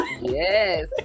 Yes